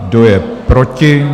Kdo je proti?